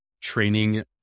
training